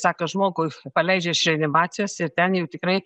sako žmogų paleidžia iš reanimacijos ir ten jau tikrai